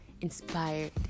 inspired